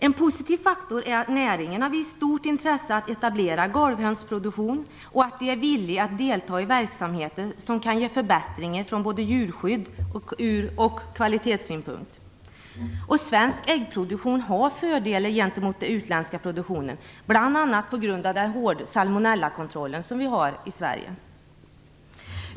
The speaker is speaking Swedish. En positiv faktor är att näringen har visat stort intresse av att etablera golvhönsproduktion, och man är villig att delta i verksamheter som kan ge förbättringar från både djurskyddsoch kvalitetssynpunkt. Svensk äggproduktion har fördelar gentemot den utländska produktionen bl.a. på grund av vår hårda salmonellakontroll.